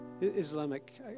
Islamic